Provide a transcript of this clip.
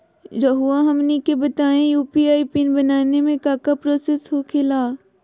रहुआ हमनी के बताएं यू.पी.आई पिन बनाने में काका प्रोसेस हो खेला?